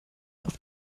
auf